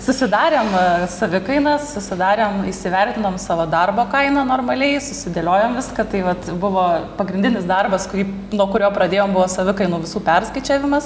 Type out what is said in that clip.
susidarėm savikainą susidarėm įsivertinom savo darbo kainą normaliai susidėliojom viską tai vat buvo pagrindinis darbas kurį nuo kurio pradėjom buvo savikainų visų perskaičiavimas